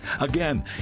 Again